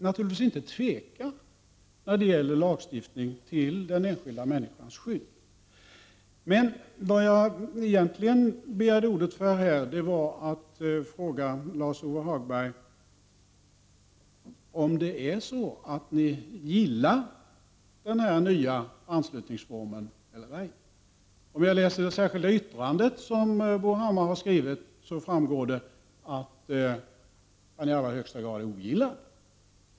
Naturligtvis skall man inte tveka när det gäller lagstiftning som syftar till den enskilda människans skydd. Egentligen begärde jag ordet för att fråga Lars-Ove Hagberg om ni gillar den här nya anslutningsformen eller ej. Av det särskilda yttrande som Bo Hammar har avgett framgår att ni i allra högsta grad ogillar den.